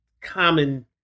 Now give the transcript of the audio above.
common